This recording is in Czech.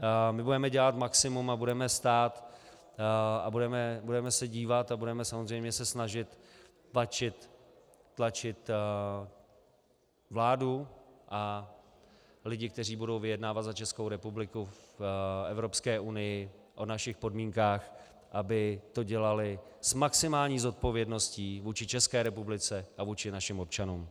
A my budeme dělat maximum a budeme stát a budeme se dívat a budeme se samozřejmě snažit tlačit vládu a lidi, kteří budou vyjednávat za Českou republiku v Evropské unii o našich podmínkách, aby to dělali s maximální zodpovědností vůči České republice a vůči našim občanům.